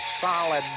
solid